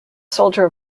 soldier